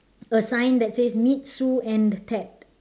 a sign that says meet sue and ted